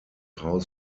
haus